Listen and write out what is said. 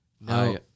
No